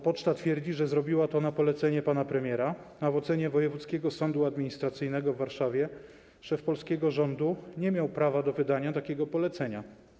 Poczta twierdzi, że zrobiła to na polecenie pana premiera, a w ocenie Wojewódzkiego Sądu Administracyjnego w Warszawie szef polskiego rządu nie miał prawa do wydania takiego polecenia.